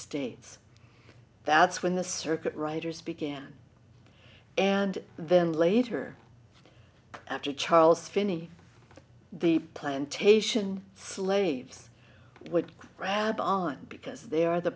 states that's when the circuit writers began and then later after charles finney the plantation slaves would grab on because they are the